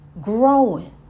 growing